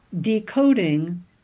decoding